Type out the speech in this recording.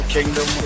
Kingdom